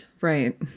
Right